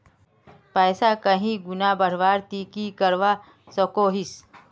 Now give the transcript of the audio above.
पैसा कहीं गुणा बढ़वार ती की करवा सकोहिस?